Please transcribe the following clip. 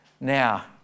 now